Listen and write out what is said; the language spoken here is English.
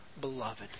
beloved